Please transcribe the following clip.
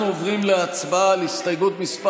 אנחנו עוברים להצבעה על הסתייגות מס'